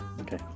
Okay